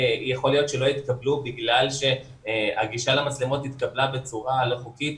יכול להיות שלא יתקבלו בגלל שהגישה למצלמה התקבלה בצורה לא חוקית.